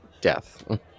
death